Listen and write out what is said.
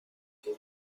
that